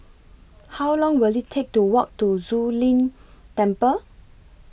How Long Will IT Take to Walk to Zu Lin Temple